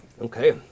Okay